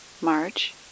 March